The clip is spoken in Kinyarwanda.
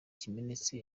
kimenetse